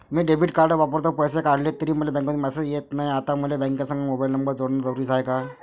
मी debit card वापरतो, पैसे काढले तरी मले बँकेमंधून मेसेज येत नाय, आता मले बँकेसंग मोबाईल नंबर जोडन जरुरीच हाय का?